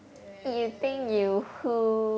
eh